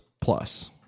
plus